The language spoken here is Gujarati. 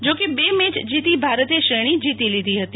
જો કે બે મેચ જીતી ભારતે શ્રેણી જીતી લીધી હતી